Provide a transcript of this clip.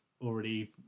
already